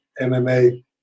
MMA